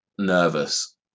nervous